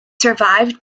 survived